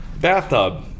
bathtub